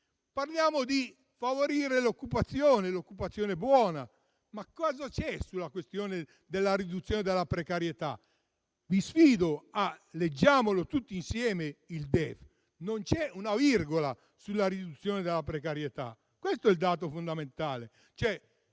parliamo di favorire l'occupazione, quella buona. Cosa c'è sulla questione della riduzione della precarietà? Vi sfido a leggere il DEF, leggiamolo tutti insieme: non c'è una virgola sulla riduzione della precarietà. Questo è il dato fondamentale.